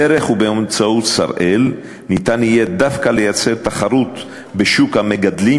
דרך ובאמצעות "שראל" יהיה אפשר דווקא ליצור תחרות בשוק המגדלים,